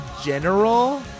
general